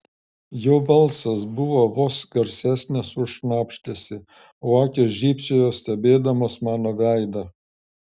jo balsas buvo vos garsesnis už šnabždesį o akys žybčiojo stebėdamos mano veidą